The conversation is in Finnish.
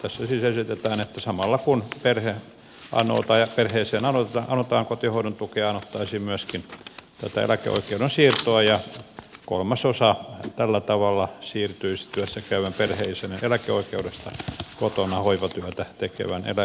tässä siis esitetään että samalla kun perheeseen anotaan kotihoidon tukea anottaisiin myöskin tätä eläkeoikeuden siirtoa ja kolmasosa tällä tavalla siirtyisi työssä käyvän perheenjäsenen eläkeoikeudesta kotona hoivatyötä tekevän eläkeoikeuteen